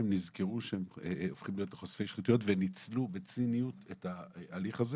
נזכרו שהם הופכים להיות חושפי שחיתויות וניצלו בציניות את ההליך הזה